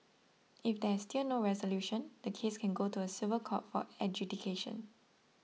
if there is still no resolution the case can go to a civil court for adjudication